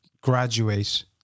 graduate